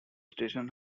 station